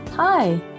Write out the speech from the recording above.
Hi